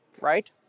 right